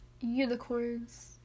Unicorns